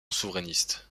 souverainiste